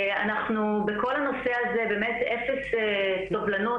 אנחנו בכל הנושא הזה באמת אפס סובלנות